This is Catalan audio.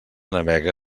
navega